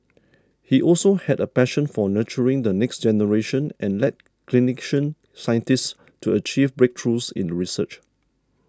he also had a passion for nurturing the next generation and led Clinician Scientists to achieve breakthroughs in research